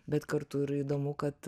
bet kartu ir įdomu kad